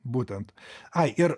būtent ai ir